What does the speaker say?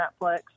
Netflix